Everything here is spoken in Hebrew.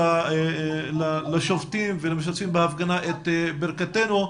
למסור לשובתים ולמשתתפים בהפגנה את ברכתנו.